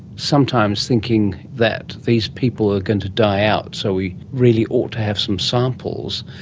sometimes thinking that these people are going to die out so we really ought to have some samples.